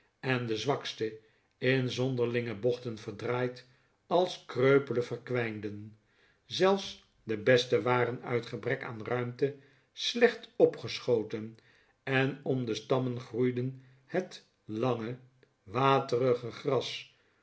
en de zwakste in zonderlinge bochten verdraaid als kreupelen verkwijnden zelfs de beste waren uit gebrek aan ruimte slecht opgeschoten en om de stammen groeiden het lange waterige gras